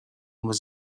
was